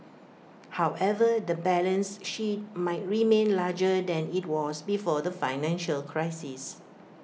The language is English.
however the balance sheet might remain larger than IT was before the financial crisis